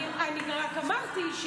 אני רק אמרתי,